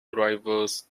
drivers